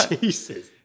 Jesus